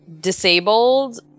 disabled